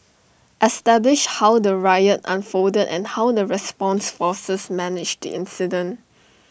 establish how the riot unfolded and how the response forces managed the incident